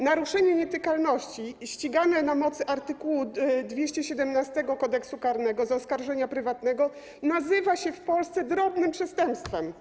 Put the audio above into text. Naruszenie nietykalności i ściganie na mocy art. 217 Kodeksu karnego z oskarżenia prywatnego nazywa się w Polsce drobnym przestępstwem.